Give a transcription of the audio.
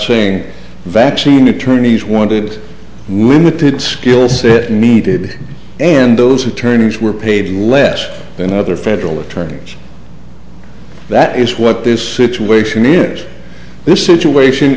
saying vaccine attorneys wanted limited skill set needed and those who turners were paid less than other federal attorneys that is what this situation in this situation